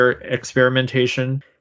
experimentation